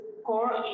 Core